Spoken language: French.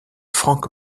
frank